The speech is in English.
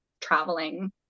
traveling